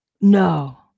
No